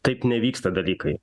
taip nevyksta dalykai